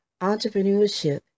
Entrepreneurship